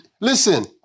Listen